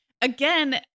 Again